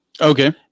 Okay